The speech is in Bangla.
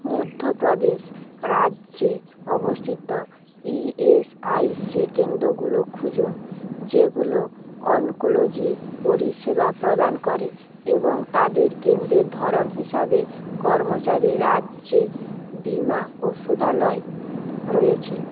মধ্য প্রদেশ রাজ্যে অবস্থিত ইএসআইসি কেন্দ্রগুলো খুঁজুন যেগুলো অঙ্কোলজি পরিষেবা প্রদান করে এবং তাদের কেন্দ্রের ধরন হিসাবে কর্মচারী রাজ্যে বিমা ঔষধালয় রয়েছে